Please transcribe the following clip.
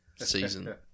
season